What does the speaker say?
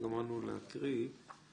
כמו שמאיה כבר אמרה,